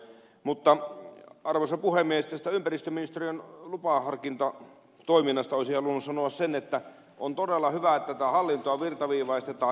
mutta arvoisa puhemies tästä ympäristöministeriön lupaharkintatoiminnasta olisin halunnut sanoa sen että on todella hyvä että tätä hallintoa virtaviivaistetaan